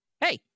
hey